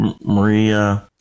Maria